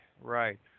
right